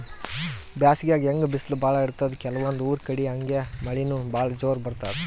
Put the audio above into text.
ಬ್ಯಾಸ್ಗ್ಯಾಗ್ ಹೆಂಗ್ ಬಿಸ್ಲ್ ಭಾಳ್ ಇರ್ತದ್ ಕೆಲವಂದ್ ಊರ್ ಕಡಿ ಹಂಗೆ ಮಳಿನೂ ಭಾಳ್ ಜೋರ್ ಬರ್ತದ್